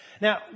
Now